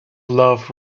love